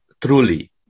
truly